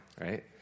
Right